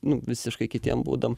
nu visiškai kitiem būdam